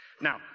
Now